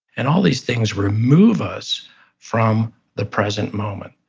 and all these things remove us from the present moment.